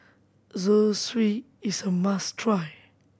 zosui is a must try